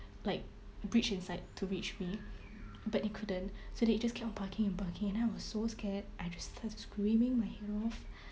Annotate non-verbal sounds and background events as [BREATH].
like reach inside to reach me but it couldn't so then it just kept barking and barking and then I was so scared I just started screaming my head off [BREATH]